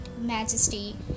majesty